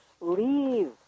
leave